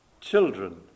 children